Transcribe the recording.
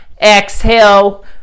exhale